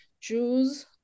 Jews